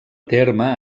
terme